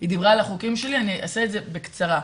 אני אעשה את זה בקצרה.